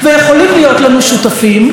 ויכולים להיות לנו שותפים,